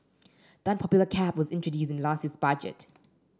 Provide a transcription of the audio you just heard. the unpopular cap was introduced in last year's budget